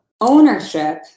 ownership